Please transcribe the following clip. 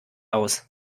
aus